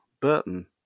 Burton